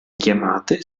chiamate